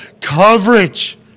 coverage